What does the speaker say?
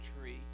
tree